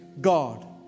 God